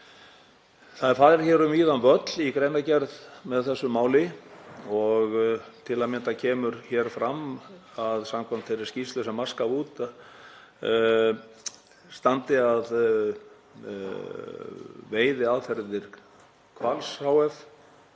Það er farið um víðan völl í greinargerð með þessu máli og til að mynda kemur hér fram að samkvæmt þeirri skýrslu sem MAST gaf út standi að veiðiaðferðir Hvals hf.